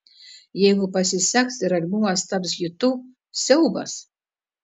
jeigu pasiseks ir albumas taps hitu siaubas